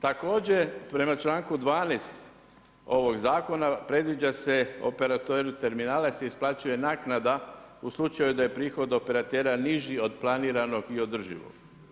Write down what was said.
Također prema članku 12. ovog zakona predviđa se … terminala se isplaćuje naknada u slučaju da je prihod operatera niži od planiranog i održivog.